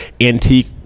antique